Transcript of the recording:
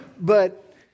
but